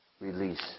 release